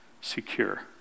secure